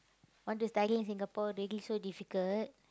want to study in Singapore already so difficult